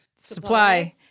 supply